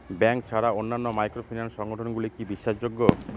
Bank ছাড়া অন্যান্য microfinance সংগঠন গুলি কি বিশ্বাসযোগ্য?